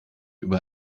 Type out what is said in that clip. über